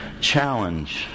challenge